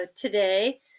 today